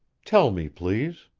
tell me, please.